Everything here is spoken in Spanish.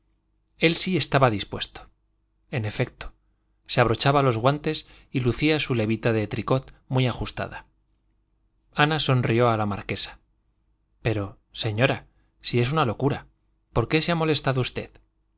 él sí estaba dispuesto en efecto se abrochaba los guantes y lucía su levita de tricot muy ajustada ana sonrió a la marquesa pero señora si es una locura por qué se ha molestado usted